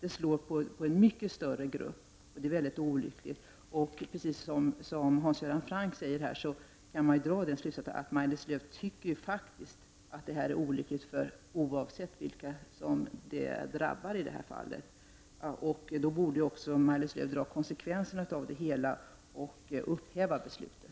I senare fallet slår beslutet mot en mycket stor grupp. Som Hans Göran Frank säger, kan man dra slutsatsen att Maj-Lis Lööw tycker att det är olyckligt, oavsett vilka som drabbas. Då borde Maj-Lis Lööw också dra konsekvenserna av detta och upphäva beslutet.